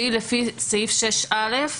שהיא לפי סעיף 6(א).